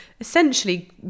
essentially